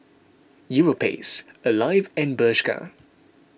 Europace Alive and Bershka